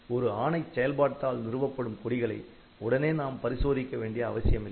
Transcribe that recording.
ஒரு ஆணைச்செயல்பாட்டால் நிறுவப்படும் கொடிகளை உடனே நாம் பரிசோதிக்க வேண்டிய அவசியமில்லை